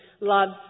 loves